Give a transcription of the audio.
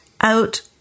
out